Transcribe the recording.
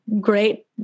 great